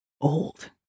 old